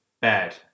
bad